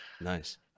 Nice